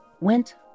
went